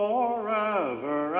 Forever